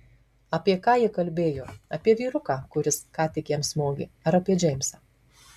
apie ką ji kalbėjo apie vyruką kuris ką tik jam smogė ar apie džeimsą